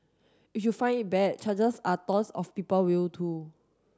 if you find it bad chances are tons of people will too